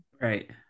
right